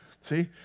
see